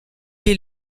est